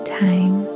time